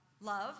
love